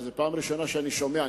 אבל זו הפעם הראשונה שאני שומע את זה.